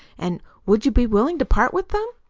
and would you be willing to part with them?